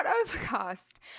overcast